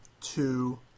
two